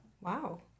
wow